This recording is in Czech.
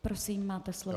Prosím, máte slovo.